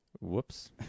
Whoops